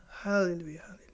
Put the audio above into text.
Hallelujah